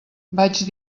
vaig